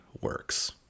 works